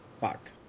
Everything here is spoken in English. fuck